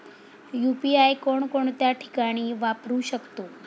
UPI कोणकोणत्या ठिकाणी वापरू शकतो?